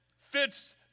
fits